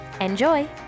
Enjoy